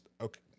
okay